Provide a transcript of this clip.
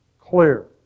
clear